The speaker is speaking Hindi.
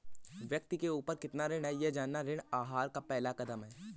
व्यक्ति के ऊपर कितना ऋण है यह जानना ऋण आहार का पहला कदम है